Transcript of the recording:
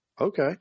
okay